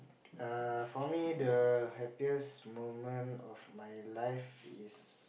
err for me the happiest moment in my life is